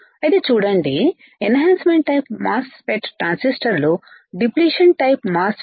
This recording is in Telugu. ఐతే చూడండి enhancement type MOSFET ట్రాన్సిస్టర్లు డిప్లిషన్ టైప్ మాస్ ఫెట్